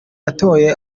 yatoye